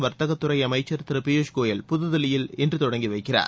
வர்த்தகத்துறை அமைச்சர் திரு பியூஷ் கோயல் புதுதில்லியில் இன்று தொடங்கி வைக்கிறார்